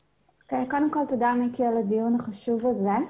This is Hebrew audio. קודם כל תודה מיקי על הדיון החשוב הזה.